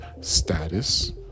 status